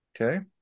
Okay